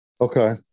okay